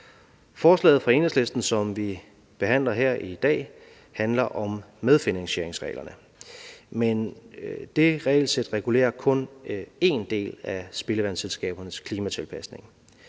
forslag fra Enhedslisten, som vi behandler her i dag, handler om medfinansieringsreglerne, men det regelsæt regulerer kun én del af spildevandsselskabernes klimatilpasninger.